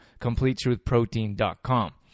completetruthprotein.com